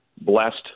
blessed